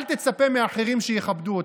אל תצפה מאחרים שיכבדו אותך.